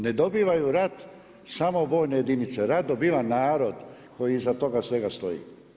Ne dobivaju rat, samo vojne jedinice, rat dobiva narod koji iza toga svega stoji.